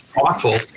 awful